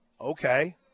okay